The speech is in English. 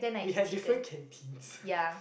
we had different canteens